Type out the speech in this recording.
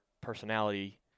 personality